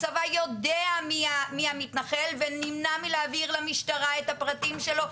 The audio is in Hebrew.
הצבא יודע מי המתנחל ונמנע מלהעביר למשטרה את הפרטים שלו.